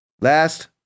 Last